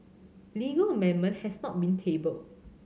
legal amendment has not been tabled